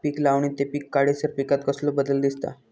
पीक लावणी ते पीक काढीसर पिकांत कसलो बदल दिसता?